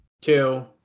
two